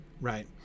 Right